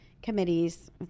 Committees